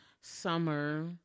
summer